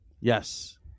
Yes